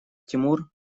тимур